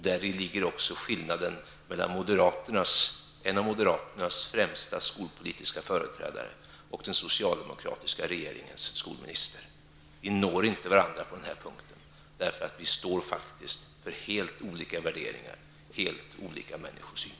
Däri ligger också skillnaden mellan en av moderaternas främsta skolpolitiska företrädare och den socialdemokratiska regeringens skolminister -- vi når inte varandra på den här punkten, därför att vi faktiskt står för helt olika värderingar och helt olika människosyn.